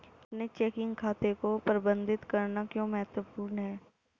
अपने चेकिंग खाते को प्रबंधित करना क्यों महत्वपूर्ण है?